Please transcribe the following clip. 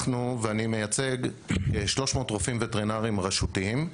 ואני מייצג 300 רופאים וטרינרים רשותיים,